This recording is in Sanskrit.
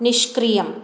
निष्क्रियम्